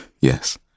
Yes